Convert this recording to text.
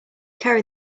carry